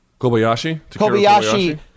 Kobayashi